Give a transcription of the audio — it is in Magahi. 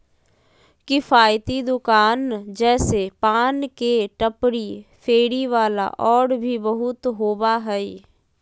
किफ़ायती दुकान जैसे पान के टपरी, फेरी वाला और भी बहुत होबा हइ